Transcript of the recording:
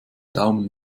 daumen